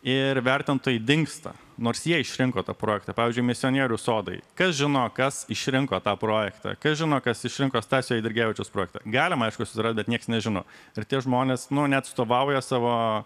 ir vertintojai dingsta nors jie išrinko tą projektą pavyzdžiui misionierių sodai kas žino kas išrinko tą projektą kas žino kas išrinko stasio eidrigevičiaus projektą galima aišku susirast bet nieks nežino ir tie žmonės nu neatstovauja savo